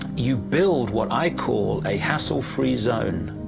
you build what i call a hassle-free zone.